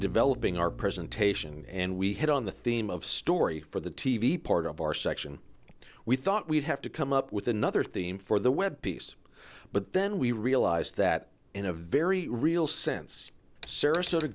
developing our presentation and we hit on the theme of story for the t v part of our section we thought we'd have to come up with another theme for the web piece but then we realized that in a very real sense sarasota